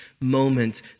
moment